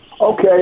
Okay